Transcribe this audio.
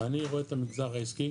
אני רואה את המגזר העסקי